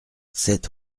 sept